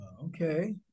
Okay